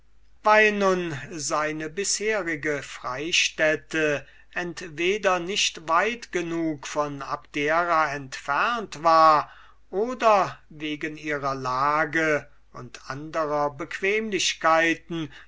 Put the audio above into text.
weil nun seine bisherige freistätte entweder nicht weit genug von abdera entfernt war oder wegen ihrer lage und anderer bequemlichkeiten